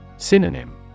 Synonym